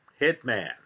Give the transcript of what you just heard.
Hitman